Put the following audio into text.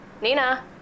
Nina